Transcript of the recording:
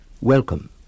Welcome